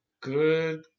Good